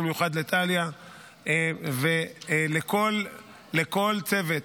ובמיוחד לטליה ולכל צוות,